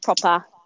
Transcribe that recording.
proper